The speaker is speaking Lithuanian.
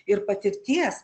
ir patirties